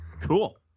Cool